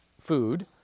food